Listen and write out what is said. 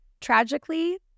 Tragically